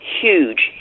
huge